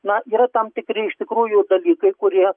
na yra tam tikri iš tikrųjų dalykai kurie